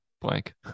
blank